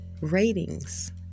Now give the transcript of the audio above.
ratings